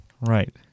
right